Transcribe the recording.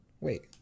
Wait